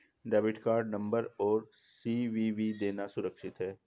Debit card number और CVV देना सुरक्षित है?